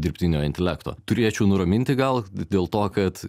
dirbtinio intelekto turėčiau nuraminti gal dėl to kad